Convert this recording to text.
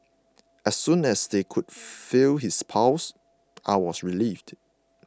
as soon as they could feel his pulse I was relieved